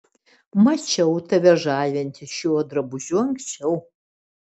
mačiau tave žavintis šiuo drabužiu anksčiau